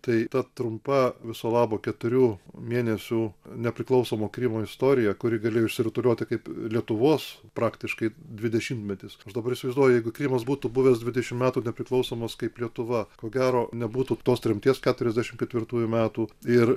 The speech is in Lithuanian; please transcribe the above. tai ta trumpa viso labo keturių mėnesių nepriklausomo krymo istorija kuri galėjo išsirutulioti kaip lietuvos praktiškai dvidešimtmetis aš dabar įsivaizduoju jeigu krymas būtų buvęs dvidešim metų nepriklausomas kaip lietuva ko gero nebūtų tos tremties keturiasdešim ketvirtųjų metų ir